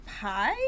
pie